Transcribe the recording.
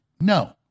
No